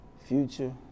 future